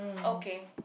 okay